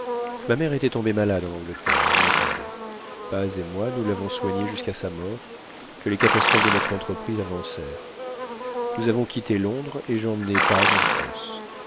ma mère était tombée malade en angleterre et m'y attendait paz et moi nous l'avons soignée jusqu'à sa mort que les catastrophes de notre entreprise avancèrent nous avons quitté londres et j'emmenai paz en france